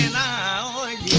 i